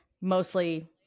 mostly